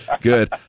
Good